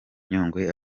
nyungwe